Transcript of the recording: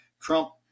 Trump